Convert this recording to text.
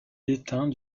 éteints